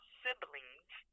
siblings